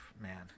Man